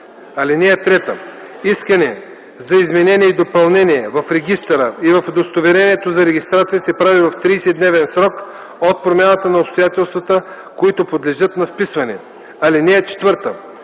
заличаването. (3) Искане за изменение и допълнение в регистъра и в удостоверението за регистрация се прави в 30-дневен срок от промяната на обстоятелствата, които подлежат на вписване. (4) Заличаването